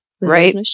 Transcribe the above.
Right